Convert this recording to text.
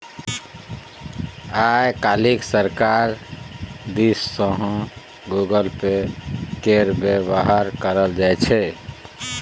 आय काल्हि सरकार दिस सँ सेहो गूगल पे केर बेबहार कएल जाइत छै